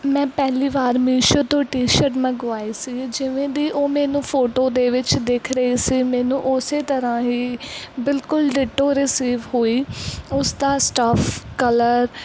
ਮੈਂ ਪਹਿਲੀ ਵਾਰ ਮੀਸ਼ੋ ਤੋਂ ਟੀ ਸ਼ਰਟ ਮੰਗਵਾਈ ਸੀ ਜਿਵੇਂ ਦੀ ਉਹ ਮੈਨੂੰ ਫੋਟੋ ਦੇ ਵਿੱਚ ਦਿਖ ਰਹੀ ਸੀ ਮੈਨੂੰ ਉਸੇ ਤਰ੍ਹਾਂ ਹੀ ਬਿਲਕੁਲ ਡਿੱਟੋ ਰਸੀਵ ਹੋਈ ਉਸ ਦਾ ਸਟਫ ਕਲਰ